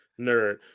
Nerd